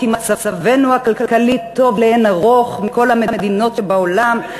כי מצבנו הכלכלי טוב לאין ערוך מכל המדינות שבעולם,